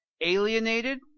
alienated